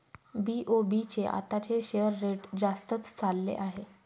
BOB चे आताचे share rate जास्तच चालले आहे